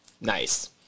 Nice